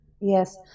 yes